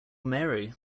mary